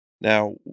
Now